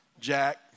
Jack